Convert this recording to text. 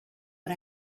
but